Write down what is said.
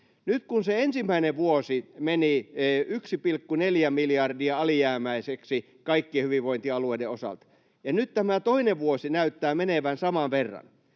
Nyt kun se ensimmäinen vuosi meni 1,4 miljardia alijäämäiseksi kaikkien hyvinvointialueiden osalta ja nyt tämä toinen vuosi näyttää menevän saman verran